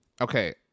Okay